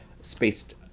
spaced